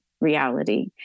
reality